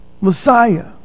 Messiah